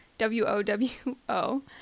W-O-W-O